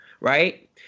Right